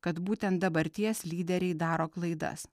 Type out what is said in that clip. kad būtent dabarties lyderiai daro klaidas